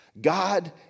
god